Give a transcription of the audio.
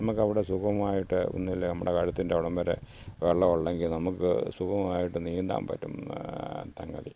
നമുക്ക് അവിടെ സുഖമമായിട്ട് ഒന്നും ഇല്ലേ നമ്മുടെ കഴുത്തിൻ്റെ അവിടം വരെയേ വെള്ളം ഉള്ളത് എങ്കിൽ നമുക്ക് സുഖമായിട്ട് നീന്താൻ പറ്റുന്ന സംഗതി